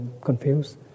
confused